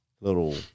little